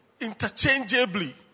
interchangeably